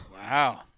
Wow